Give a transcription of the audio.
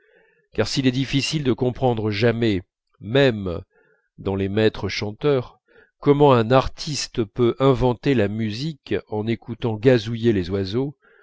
car s'il est difficile de comprendre jamais même dans les maîtres chanteurs comment un artiste peut inventer la musique en écoutant gazouiller les oiseaux